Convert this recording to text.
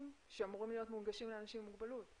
שאמורים להיות מונגשים לאנשים עם מוגבלות.